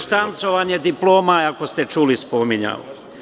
Štancovanje diploma je, ako ste čuli, spominjao.